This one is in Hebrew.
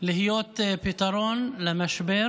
להיות פתרון למשבר.